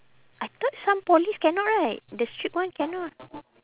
I thought some polys cannot right the strict one cannot